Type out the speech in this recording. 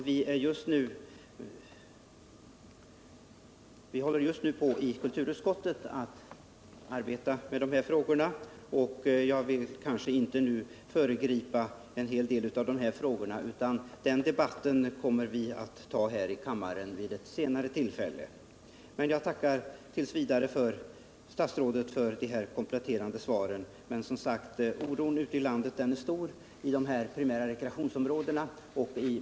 I kulturutskottet är vi nu mitt uppe i behandlingen av dessa motioner, och jag vill inte nu föregripa den debatt som kommer inom kort här i kammaren i anslutning till kulturutskottets betänkande om de rekreationspolitiska frågorna. Jag tackar t. v. statsrådet för det här kompletterande svaret, men oron är som sagt stor ute i de primära rekreationsområdena.